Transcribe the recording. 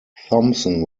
thompson